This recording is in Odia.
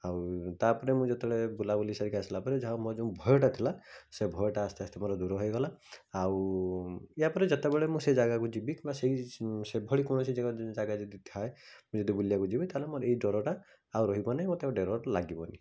ଆଉ ତା'ପରେ ମୁଁ ଯେତେବେଳେ ବୁଲାବୁଲି ସାରିକି ଆସିଲା ପରେ ଯାହାହେଉ ମୋର ଯେଉଁ ଭୟଟା ଥିଲା ସେ ଭୟଟା ଆସ୍ତେ ଆସ୍ତେ ମୋର ଦୂର ହୋଇଗଲା ଆଉ ୟା ପରେ ଯେତେବେଳେ ମୁଁ ସେ ଜାଗାକୁ ଯିବି କିମ୍ବା ସେଇ ସେଭଳି କୌଣସି ଜାଗା ଜାଗା ଯଦି ଥାଏ ମୁଁ ଯଦି ବୁଲିବାକୁ ଯିବି ତା'ହେଲେ ମୋର ଏଇ ଡରଟା ଆଉ ରହିବନି ମତେ ଆଉ ଡର ଲାଗିବନି